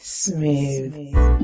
smooth